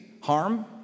harm